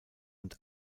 und